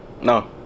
No